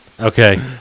Okay